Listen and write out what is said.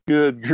Good